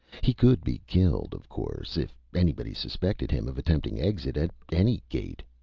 he could be killed, of course, if anybody suspected him of attempting exit at any gate.